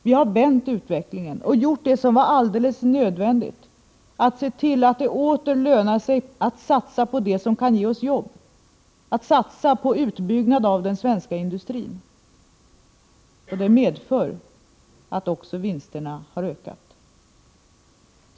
Vi har vänt utvecklingen och gjort vad som var helt nödvändigt, nämligen att se till att det åter lönade sig att satsa på det som kan ge oss jobb, att satsa på utbyggnad av den svenska industrin. Detta medför att också vinsterna har ökat.